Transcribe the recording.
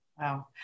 Wow